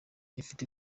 ifite